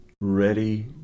ready